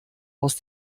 aus